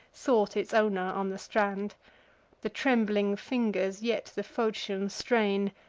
sought its owner on the strand the trembling fingers yet the fauchion strain,